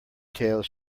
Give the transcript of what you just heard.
tales